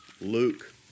Luke